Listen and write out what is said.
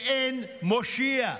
ואין מושיע.